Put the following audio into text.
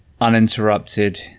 uninterrupted